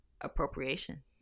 appropriation